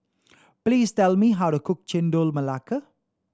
please tell me how to cook Chendol Melaka